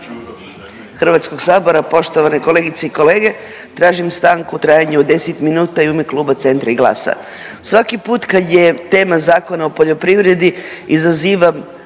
Hrvatskog sabora. Poštovane kolegice i kolege, tražim stanku u trajanju od 10 minuta i u ime Kluba Centra i GLAS-a. Svaki put kad je tema Zakona o poljoprivredi izazivam